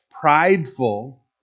prideful